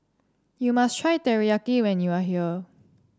you must try Teriyaki when you are here